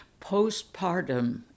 Postpartum